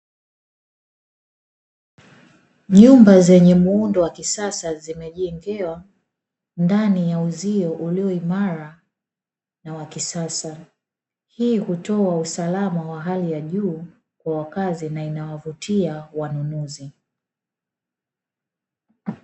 Nyumba zenye muundo wa kisasa zimejengewa ndani ya uzio ulioimara na wa kisasa, hii hutoa usalama wa hali ya juu kwa wakazi na inawavutia wanunuzi.